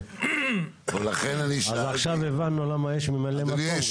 אז עכשיו הבנו למה יש ממלא מקום גם.